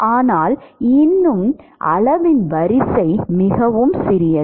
ஆனால் இன்னும் அளவின் வரிசை மிகவும் சிறியது